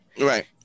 Right